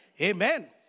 Amen